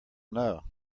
know